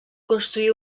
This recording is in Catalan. construí